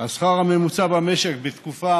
השכר הממוצע במשק בתקופה